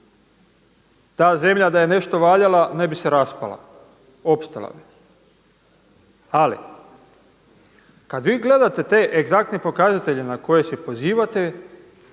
Ta zemlja da je nešto valjala ne bi se raspala. Opstala bi. Ali kada vi gledate te egzaktne pokazatelje na koje se pozivate,